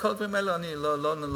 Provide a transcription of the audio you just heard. לכל הדברים האלה אני לא נכנס,